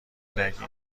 نگین